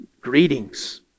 Greetings